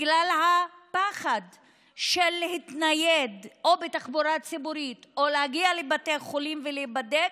בגלל הפחד להתנייד בתחבורה ציבורית או להגיע לבתי חולים להיבדק,